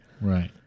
right